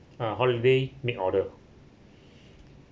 uh holiday make order